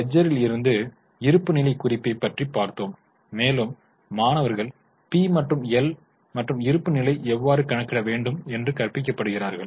லெட்ஜரில் இருந்து இருப்புநிலை குறிப்பை பற்றி பார்த்தோம் மேலும் மாணவர்கள் பி மற்றும் எல் மற்றும் இருப்பு நிலையை எவ்வாறு கணக்கிட வேண்டும் என்று கற்பிக்கப்படுகிறார்கள்